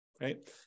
Right